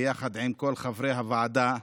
ביחד עם כל חברי הוועדה,